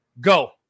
go